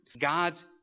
God's